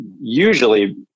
usually